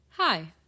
Hi